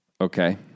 okay